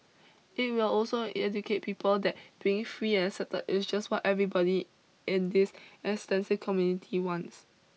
it will also educate people that being free accepted is just what everybody in this extensive community wants